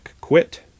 quit